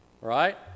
Right